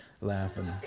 laughing